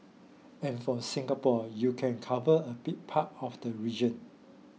and from Singapore you can cover a big part of the region